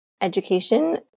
education